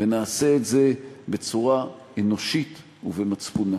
ונעשה את זה בצורה אנושית ובמצפון נקי.